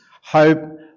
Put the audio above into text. hope